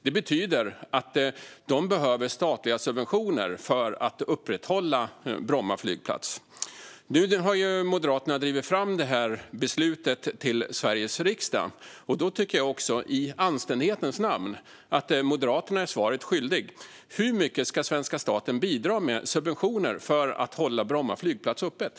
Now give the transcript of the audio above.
Det betyder att de behöver statliga subventioner för att upprätthålla Bromma flygplats. Nu har Moderaterna drivit fram det här beslutet till Sveriges riksdag. Då tycker jag också i anständighetens namn att Moderaterna är svaret skyldiga. Hur mycket ska svenska staten bidra med i subventioner för att hålla Bromma flygplats öppen?